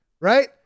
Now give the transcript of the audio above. right